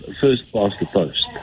first-past-the-post